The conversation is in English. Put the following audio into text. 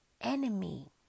enemy